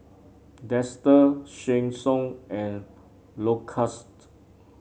Dester Sheng Siong and Lacoste